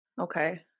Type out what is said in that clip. Okay